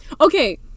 okay